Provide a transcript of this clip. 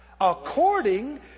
According